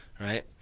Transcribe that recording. right